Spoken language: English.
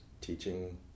teaching